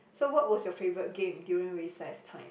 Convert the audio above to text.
so what was your favourite game during recess time